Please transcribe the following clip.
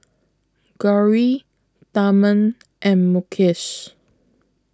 Gauri Tharman and Mukesh